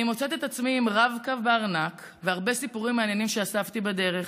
אני מוצאת את עצמי עם רב-קו בארנק והרבה סיפורים מעניינים שאספתי בדרך.